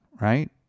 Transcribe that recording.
right